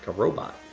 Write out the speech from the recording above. ah robot.